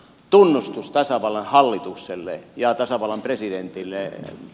tunnustus tasavallan hallitukselle ja tasavallan presidentille